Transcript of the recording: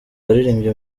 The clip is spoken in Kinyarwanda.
waririmbye